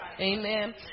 Amen